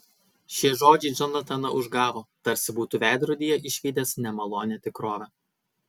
šie žodžiai džonataną užgavo tarsi būtų veidrodyje išvydęs nemalonią tikrovę